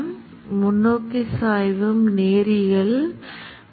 எனவே பல்வேறு புள்ளிகளில் ஒரு அளவீட்டு மின்னோட்டத்தைப் பார்ப்பது எப்படி